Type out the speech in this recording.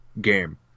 game